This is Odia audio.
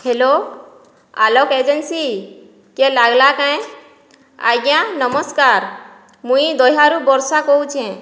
ହେଲୋ ଆଲୋକ ଏଜେନ୍ସିକେ ଲାଗ୍ଲା କାଏଁ ଆଜ୍ଞା ନମସ୍କାର୍ ମୁଇଁ ଦହ୍ୟଆରୁ ବର୍ଷା କାହୁଚେଁ